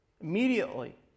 Immediately